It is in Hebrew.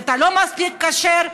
ואתה לא מספיק כשר,